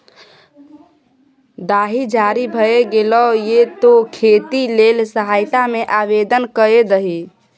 दाही जारी भए गेलौ ये तें खेती लेल सहायता मे आवदेन कए दही